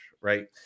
right